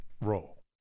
role